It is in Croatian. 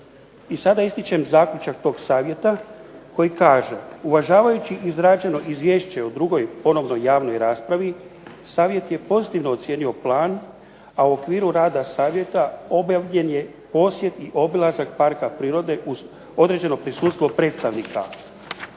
I sada ističem zaključak tog Savjeta koji kaže: „Uvažavajući izrađeno Izvješće u drugoj, ponovnoj javnoj raspravi, Savjet je pozitivno ocijenio Plan, a u okviru rada Savjeta objavljen je posjet i obilazak Parka prirode uz određeno prisustvo predstavnika